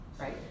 right